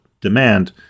demand